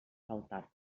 faltat